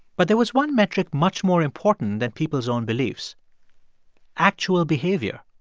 but there was one metric much more important than people's own beliefs actual behavior.